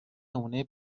نمونهی